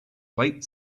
late